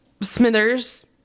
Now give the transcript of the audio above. Smithers